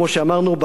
כמו שאמרנו,